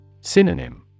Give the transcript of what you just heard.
Synonym